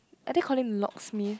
are they calling the locksmith